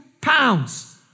pounds